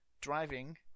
driving